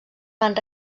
van